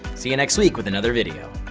see you next week with another video.